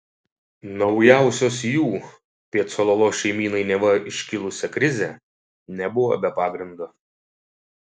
naujausios jų apie cololo šeimynai neva iškilusią krizę nebuvo be pagrindo